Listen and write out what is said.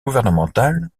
gouvernementale